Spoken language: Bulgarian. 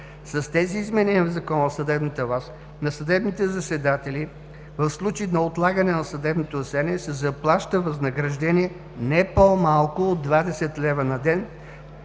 С тези изменения в Закона за съдебната власт, на съдебните заседатели в случай на отлагане на съдебното заседание се заплаща възнаграждение не по малко от 20 лв. на ден,